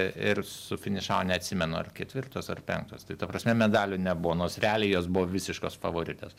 ir sufinišavo neatsimenu ar ketvirtos ar penktos tai ta prasme medalių nebuvo nors realiai jos buvo visiškos favoritės